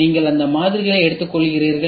நீங்கள் அந்த மாதிரிகளை எடுத்துக்கொள்கிறீர்கள்